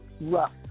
Rough